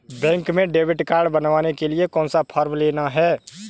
Bank में debit card बनवाने के लिए कौन सा फॉर्म लेना है?